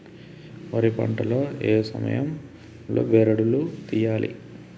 వరి పంట లో ఏ సమయం లో బెరడు లు తియ్యాలి?